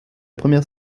première